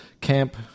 camp